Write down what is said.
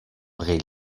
pri